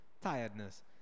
tiredness